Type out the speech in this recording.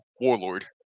warlord